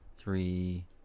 three